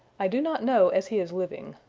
i do not know as he is living.